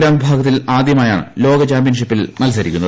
gram വിഭാഗത്തിൽ ആദ്യമായാണ് ലോകചാമ്പ്യൻഷിപ്പിൽ മത്സരിക്കുന്നത്